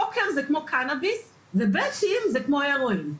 פוקר זה כמו קנאביס ובתים זה כמו הרואין.